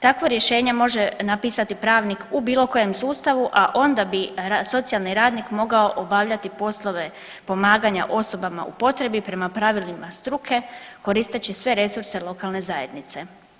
Takvo rješenje može napisati pravnik u bilo kojem sustavu, a onda bi socijalni radnik mogao obavljati poslove pomaganja osobama u potrebi prema pravilima struke koristeći sve resurse lokalne zajednice.